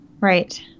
Right